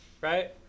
Right